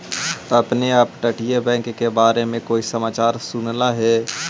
आपने अपतटीय बैंक के बारे में कोई समाचार सुनला हे